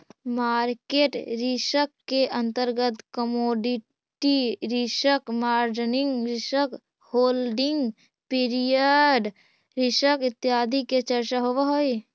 market risk के अंतर्गत commodity risk, margin risk, holding period risk इत्यादि के चर्चा होवऽ हई